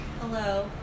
Hello